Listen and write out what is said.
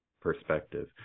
perspective